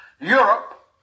Europe